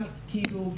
גם כאילו,